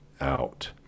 out